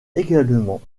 également